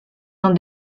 dans